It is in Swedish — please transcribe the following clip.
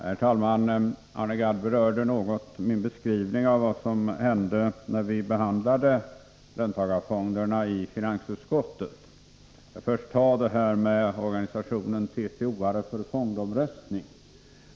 Herr talman! Arne Gadd berörde något min beskrivning av vad som hände, när vi behandlade löntagarfonderna i finansutskottet.